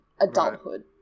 adulthood